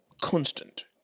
constant